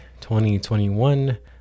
2021